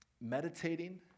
meditating